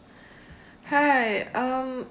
hi um